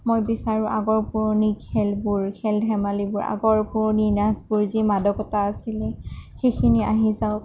মই বিচাৰোঁ আগৰ পুৰণি খেলবোৰ খেল ধেমালিবোৰ আগৰ পুৰণি নাচবোৰ যি মাদকতা আছিলে সেইখিনি আহি যাওঁক